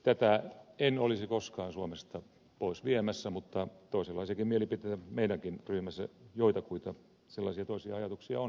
tätä en olisi koskaan suomesta pois viemässä mutta toisenlaisiakin mielipiteitä joitakuita sellaisia toisia ajatuksia on meidänkin ryhmässä